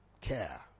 care